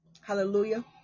Hallelujah